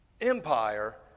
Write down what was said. empire